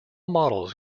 models